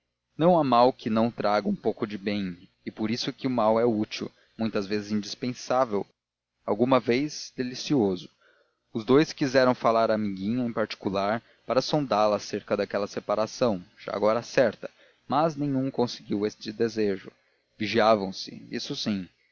não há mal que não traga um pouco de bem e por isso é que o mal é útil muita vez indispensável alguma vez delicioso os dous quiseram falar à amiguinha em particular para sondá-la acerca daquela separação já agora certa mas nenhum conseguiu este desejo vigiavam se isso sim